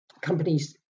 companies